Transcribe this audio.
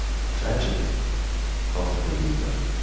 the tragedy of the believer,